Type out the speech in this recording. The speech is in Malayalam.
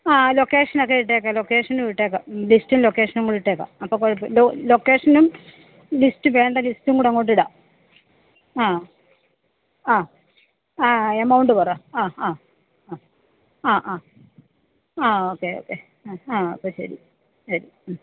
ആ ലൊക്കേഷനൊക്കെ ഇട്ടേക്കാം ലൊക്കേഷനും ഇട്ടേക്കാം ലിസ്റ്റും ലൊക്കേഷനും കൂടെ ഇട്ടേക്കാം അപ്പം കുഴപ്പം ലൊക്കേഷനും ലിസ്റ്റ് വേണ്ട ലിസ്റ്റും കൂടെ അങ്ങോട്ടിടാം ആ ആ ആ എമൗണ്ട് പറ ആ ആ ആ ആ ആ ആ ഓക്കെ ഓക്കെ ആ ആ അപ്പം ശരി ശരി